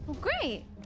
Great